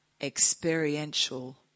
experiential